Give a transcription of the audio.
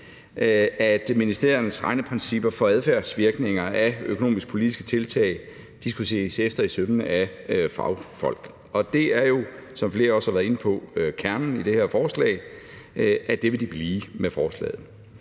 at ministeriernes regneprincipper for adfærdsvirkninger af økonomiske og politiske tiltag skulle ses efter i sømmene af fagfolk, og det er jo, som flere også har været inde på, kernen i det her forslag, og det vil de blive med forslaget.